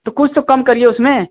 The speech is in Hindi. तो कुछ तो कम करिए उसमें